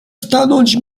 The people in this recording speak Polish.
stanąć